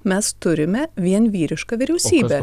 mes turime vien vyrišką vyriausybę